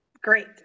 great